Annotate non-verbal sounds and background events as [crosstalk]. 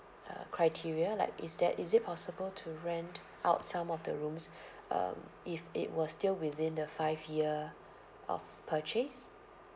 uh criteria like is that is it possible to rent out some of the rooms [breath] um if it was still within the five year of purchase